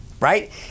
right